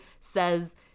says